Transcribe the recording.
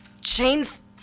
chains